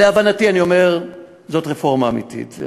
להבנתי, זאת רפורמה אמיתית.